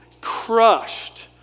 crushed